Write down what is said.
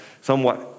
somewhat